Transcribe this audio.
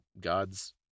God's